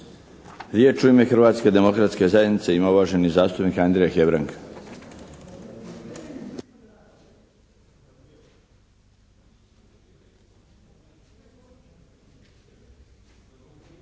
Riječ u ime Hrvatske demokratske zajednice ima uvaženi zastupnik Andrija Hebrang.